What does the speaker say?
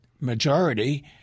majority